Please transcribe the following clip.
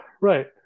Right